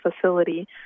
facility